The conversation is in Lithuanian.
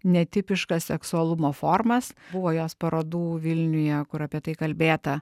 netipiškas seksualumo formas buvo jos parodų vilniuje kur apie tai kalbėta